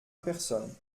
personne